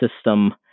system